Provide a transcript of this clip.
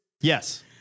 Yes